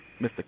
Mr